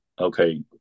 okay